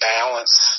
balance